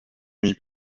mis